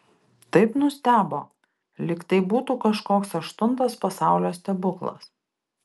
taip nustebo lyg tai būtų kažkoks aštuntas pasaulio stebuklas